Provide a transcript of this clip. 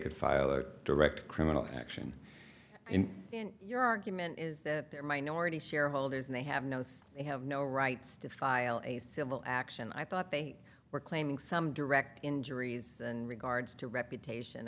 could file a direct criminal action in your argument is that their minority shareholders they have no say they have no rights to file a civil action i thought they were claiming some direct injuries and regards to reputation